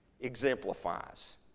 exemplifies